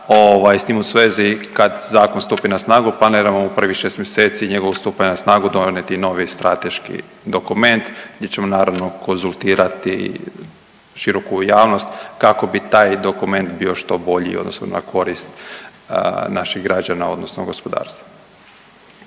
s tim u svezi kad zakon stupi na snagu planiramo u prvih 6 mjeseci njegovog stupanja na snagu donijeti novi strateški dokument gdje ćemo naravno konzultirati široku javnost kako bi taj dokument bio što bolji odnosno na korist naših građana odnosno gospodarstva.